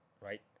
right